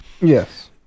Yes